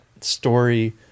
story